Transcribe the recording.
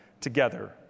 together